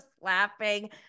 laughing